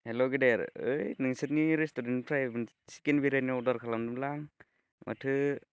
हेल' गेदेर ओइ नोंसोरनि रेस्टुरेन्टनिफ्राय चिकेन बिरियानि अर्डार खालामदोंमोनलां माथो